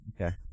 Okay